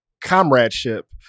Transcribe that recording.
comradeship